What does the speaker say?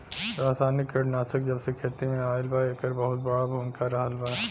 रासायनिक कीटनाशक जबसे खेती में आईल बा येकर बहुत बड़ा भूमिका रहलबा